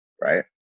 right